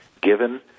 given